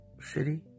shitty